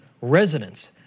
residents